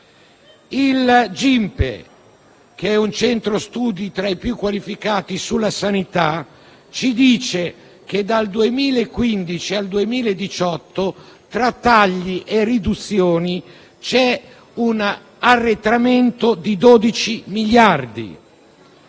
Il GIMBE, un centro studi tra i più qualificati sulla sanità, ci dice che dal 2015 al 2018 tra tagli e riduzioni c'è un arretramento di 12 miliardi